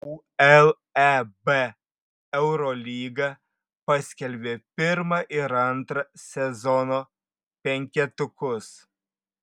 uleb eurolyga paskelbė pirmą ir antrą sezono penketukus